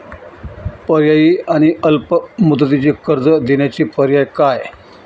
पर्यायी आणि अल्प मुदतीचे कर्ज देण्याचे पर्याय काय?